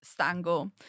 Stangle